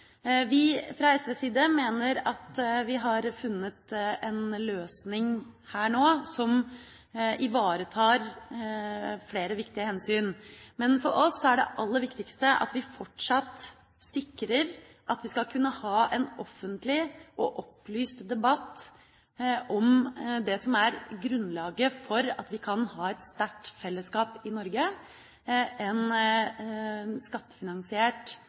Vi fra SVs side mener at vi har funnet en løsning nå som ivaretar flere viktige hensyn. For oss er det aller viktigste at vi fortsatt sikrer at vi skal kunne ha en offentlig og opplyst debatt om det som er grunnlaget for at vi kan ha et sterkt fellesskap i Norge, en skattefinansiert,